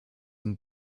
and